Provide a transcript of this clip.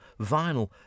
vinyl